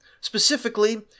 Specifically